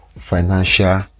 Financial